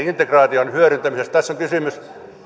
integraation hyödyntämisestä tässä on kysymys